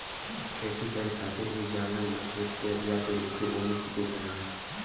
खेती करे खातिर भी जालन इ खेत के अधिया पे लेके ओमे खेती करलन